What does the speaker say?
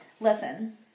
Listen